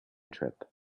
trip